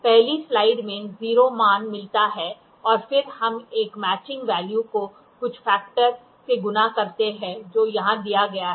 पहली स्लाइड में 0 मान मिलता है और फिर हम एक मैचिंग वैल्यू को कुछ फैक्टर से गुणा करते हैं जो यहां दिया गया है